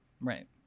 Right